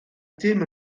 dim